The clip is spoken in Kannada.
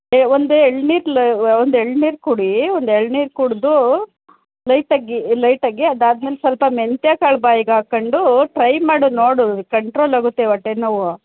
ಎ ಒಂದು ಎಳ್ನೀರು ಒಂದು ಎಳ್ನೀರು ಕುಡಿ ಒಂದು ಎಳ್ನೀರು ಕುಡಿದು ಲೈಟಾಗಿ ಲೈಟಾಗಿ ಅದಾದ್ಮೇಲೆ ಸ್ವಲ್ಪ ಮೆಂತ್ಯ ಕಾಳು ಬಾಯಿಗೆ ಹಾಕೊಂಡು ಟ್ರೈ ಮಾಡು ನೋಡು ಕಂಟ್ರೋಲ್ ಆಗುತ್ತೆ ಹೊಟ್ಟೆ ನೋವು